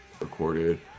recorded